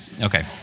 okay